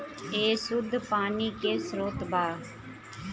ए शुद्ध पानी के स्रोत बा